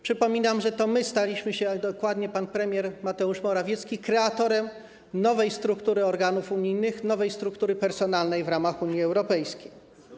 Przypominam, że to my staliśmy się, a dokładnie pan premier Mateusz Morawiecki stał się kreatorem nowej struktury organów unijnych, nowej struktury personalnej w ramach Unii Europejskiej.